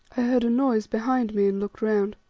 i heard a noise behind me and looked round.